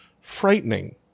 frightening